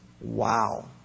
Wow